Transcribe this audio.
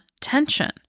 tension